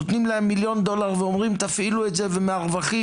נותנים להם מיליון דולר ואומרים תפעילו את זה מהרווחים.